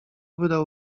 wydał